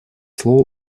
слово